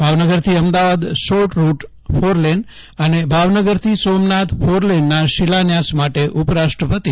ભાવનગરથી Ahmedabad short route four lane અને ભાવનગરથી સોમનાથ ફોરલેનના શિલાન્યાસ માટે ઉપરાષ્ટ્રપતિ એમ